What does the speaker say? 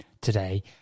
today